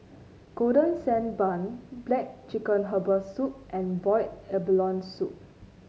Golden Sand Bun black chicken Herbal Soup and Boiled Abalone Soup